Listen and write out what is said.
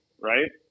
right